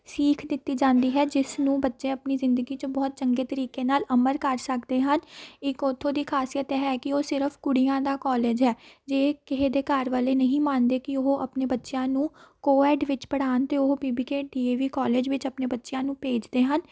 ਸੀਖ ਦਿੱਤੀ ਜਾਂਦੀ ਹੈ ਜਿਸ ਨੂੰ ਬੱਚੇ ਆਪਣੀ ਜ਼ਿੰਦਗੀ 'ਚ ਬਹੁਤ ਚੰਗੇ ਤਰੀਕੇ ਨਾਲ ਅਮਲ ਕਰ ਸਕਦੇ ਹਨ ਇੱਕ ਉੱਥੋਂ ਦੀ ਖਾਸੀਅਤ ਹੈ ਕਿ ਉਹ ਸਿਰਫ ਕੁੜੀਆਂ ਦਾ ਕੋਲਜ ਹੈ ਜੇ ਕਿਸੇ ਦੇ ਘਰ ਵਾਲੇ ਨਹੀਂ ਮੰਨਦੇ ਕਿ ਉਹ ਆਪਣੇ ਬੱਚਿਆਂ ਨੂੰ ਕੋਐਡ ਵਿੱਚ ਪੜ੍ਹਾਉਣ ਤਾਂ ਉਹ ਵੀ ਵੀ ਕੇ ਡੀ ਏ ਵੀ ਕੋਲਜ ਵਿੱਚ ਆਪਣੇ ਬੱਚਿਆਂ ਨੂੰ ਭੇਜਦੇ ਹਨ